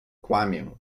kłamię